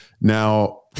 Now